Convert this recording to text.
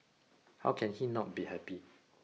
how can he not be happy